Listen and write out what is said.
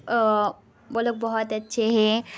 وہ لوگ بہت اچھے ہیں